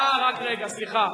סליחה,